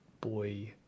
boy